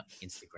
Instagram